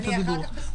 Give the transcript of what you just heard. אחר כך?